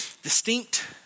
distinct